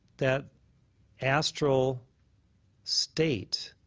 that astral state,